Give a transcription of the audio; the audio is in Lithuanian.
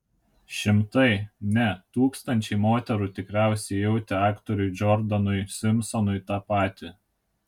šimtai ne tūkstančiai moterų tikriausiai jautė aktoriui džordanui simpsonui tą patį